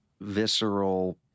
visceral